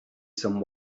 some